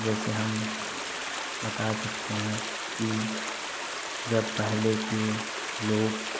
जैसे हम बता सकते हैं की जब पहले के लोग